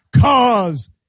cause